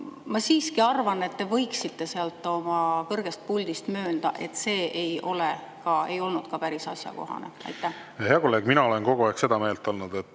Ma siiski arvan, et te võiksite sealt oma kõrgest puldist möönda, et see ei olnud päris asjakohane. Hea kolleeg! Mina olen kogu aeg seda meelt olnud, et